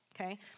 okay